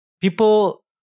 People